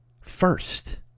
first